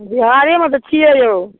बिहारेमे तऽ छियै यौ